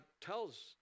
tells